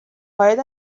وارد